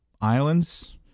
Islands